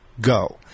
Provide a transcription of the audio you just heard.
Go